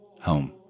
home